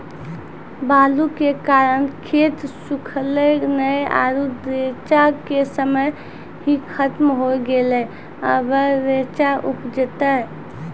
बालू के कारण खेत सुखले नेय आरु रेचा के समय ही खत्म होय गेलै, अबे रेचा उपजते?